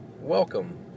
welcome